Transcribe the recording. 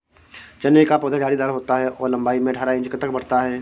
चने का पौधा झाड़ीदार होता है और लंबाई में अठारह इंच तक बढ़ता है